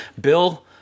Bill